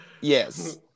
yes